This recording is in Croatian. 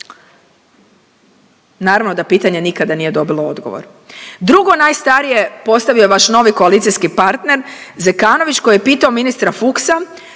Naravno da pitanje nikada nije dobilo odgovor. Drugo najstarije, postavio je vaš novi koalicijski partner Zekanović koji je pitao ministra Fuchsa